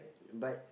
but